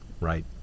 right